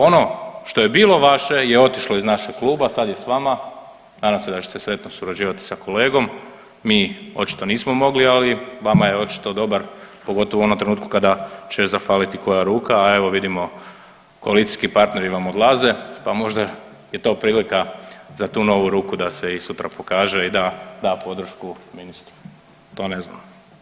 Ono što je bilo vaše je otišlo iz našeg kluba, sad je s vama, nadam se da ćete sretno surađivati sa kolegom, mi očito nismo mogli, ali vama je očito dobar pogotovo u onom trenutku kada će zafaliti koja ruka, a evo vidimo koalicijski partneri vam odlaze pa možda je to prilika za tu novu ruku da se i sutra pokaže i da da podršku ministru, to ne znam.